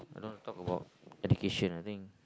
don't want to talk about education I think